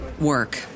work